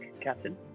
Captain